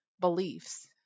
beliefs